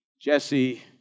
Jesse